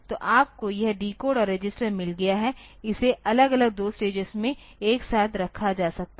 तो आपको यह डिकोड और रजिस्टर मिल गया है इसे अलग अलग दो स्टेजेस में एक साथ रखा जा सकता है